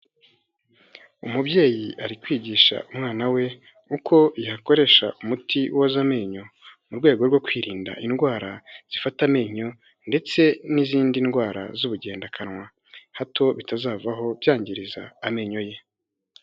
Umubyeyi ari kwigisha umwana we, uko yakoresha umuti woza amenyo mu rwego rwo kwirinda indwara zifata amenyo, ndetse n'izindi ndwara z'ubugendakanwa, hato bitazavaho byangiriza amenyo ye.